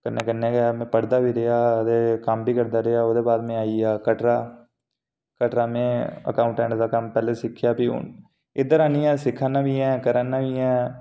कन्नै कन्नै गै में पढ़दा बी रेहा अते कम्म बी करदा रेहा ओहदे बाद में आई गेआ कटराच कटरा में अकाऊटैंट दा कम्म पैह्लें सिक्खेआ फ्ही हून इद्धर आह्नियै सिक्खै ना बी ऐ करै न बी ऐ